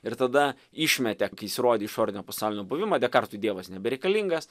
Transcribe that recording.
ir tada išmetė kai jis įrodė išorinio pasaulio buvimą dekartui dievas nebereikalingas